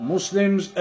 Muslims